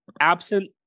absent